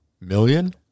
million